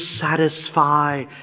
satisfy